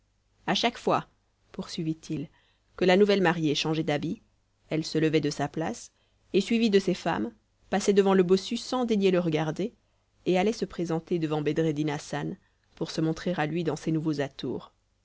à chaque fois poursuivit-il que la nouvelle mariée changeait d'habit elle se levait de sa place et suivie de ses femmes passait devant le bossu sans daigner le regarder et allait se présenter devant bedreddin hassan pour se montrer à lui dans ses nouveaux atours